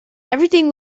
everything